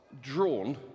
drawn